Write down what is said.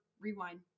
Rewind